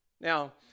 Now